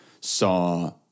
saw